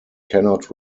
cannot